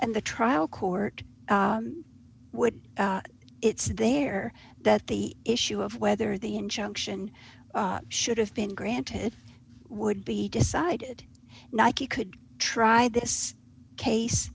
and the trial court would it's there that the issue of whether the injunction should have been granted would be decided nike could try this case